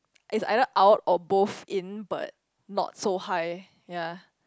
is either out or both in but not so high